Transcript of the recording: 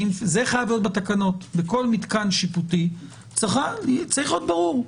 זה חייב להיות בתקנות - בכל מתקן שיפוטי צריך להיות ברור.